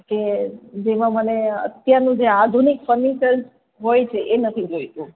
કે જેમાં મને અત્યારનું જે આધુનિક ફર્નિચર્સ હોય છે એ નથી જોઈતું